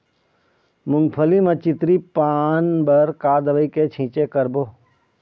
मूंगफली म चितरी पान बर का दवई के छींचे करबो?